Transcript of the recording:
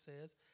says